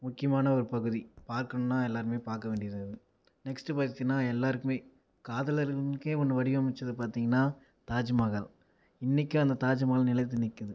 முக்கியமான ஒரு பகுதி பார்க்கணுன்னா எல்லோருமே பார்க்க வேண்டியது அது நெக்ஸ்ட்டு பார்த்தீங்கன்னா எல்லோருக்குமே காதலர்களுக்கே ஒன்று வடிவமைத்தது பார்த்தீங்கன்னா தாஜ்மஹால் இன்றைக்கும் அந்த தாஜ்மஹால் நிலைத்து நிற்குது